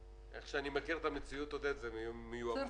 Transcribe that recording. כפי שאני מכיר את המציאות, עודד, הן יהיו מיובאות.